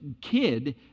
kid